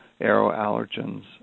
aeroallergens